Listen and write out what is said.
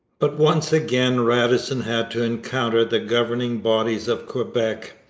but once again radisson had to encounter the governing bodies of quebec.